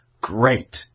great